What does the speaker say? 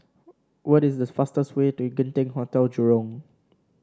what is the fastest way to Genting Hotel Jurong